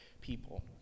people